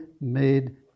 made